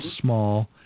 small